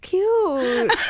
cute